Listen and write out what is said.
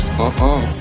Uh-oh